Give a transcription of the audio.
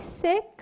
sick